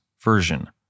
version